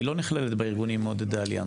היא לא נכללת בארגונים מעודדי עלייה,